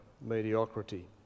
mediocrity